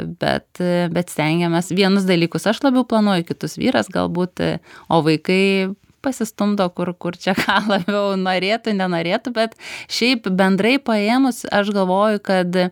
bet bet stengiamės vienus dalykus aš labiau planuoju kitus vyras galbūt o vaikai pasistumdo kur kur čia ką labiau norėtų nenorėtų bet šiaip bendrai paėmus aš galvoju kad